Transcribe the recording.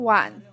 one